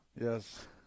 Yes